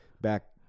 back